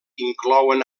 inclouen